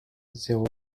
zéro